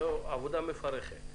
זו עבודה מפרכת.